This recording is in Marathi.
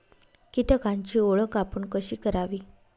कीटकांची ओळख आपण कशी करावी?